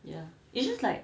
ya it's just like